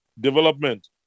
development